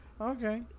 Okay